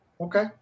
Okay